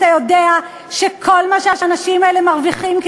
אתה יודע שכל מה שהאנשים האלה מרוויחים,